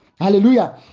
Hallelujah